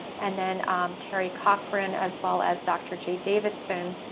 and then teri chochrane, as well as doctor jay davidson,